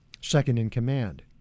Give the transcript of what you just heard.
second-in-command